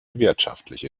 wirtschaftliche